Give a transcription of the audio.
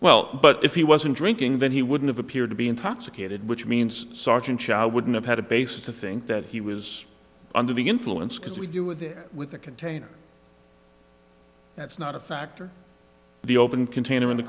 well but if he wasn't drinking then he wouldn't have appeared to be intoxicated which means sergeant wouldn't have had a basis to think that he was under the influence because we do with the with the container that's not a factor the open container in the